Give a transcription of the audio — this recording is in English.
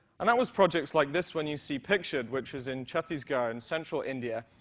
and that was projects like this when you see pictured which is in chhattisgarh in central india,